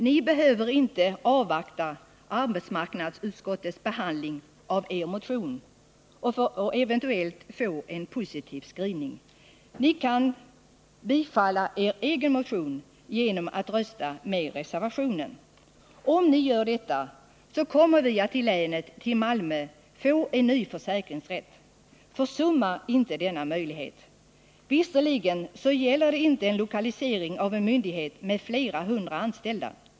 Ni behöver inte avvakta arbetsmarknadsutskottets behandling av er motion för att eventuellt få en positiv skrivning. Ni kan få er egen motion bifallen genom att ni röstar för reservationen. Om ni gör detta kommer vi att i länet, i Malmö, få en ny försäkringsrätt. Försumma inte denna möjlighet! Visserligen gäller det inte lokalisering av en myndighet med flera hundra anställda.